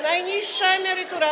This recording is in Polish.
Najniższa emerytura.